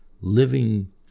living